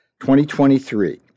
2023